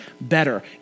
better